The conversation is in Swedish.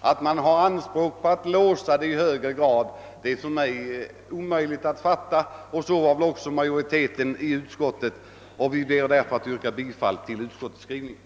Att man kan ha anspråk på att skrivningen skall låsas i ännu högre grad är för mig omöjligt att fatta. Utskottets majoritet har kommit till samma uppfattning. Jag ber därför att få yrk& bifall till utskottets hemställan.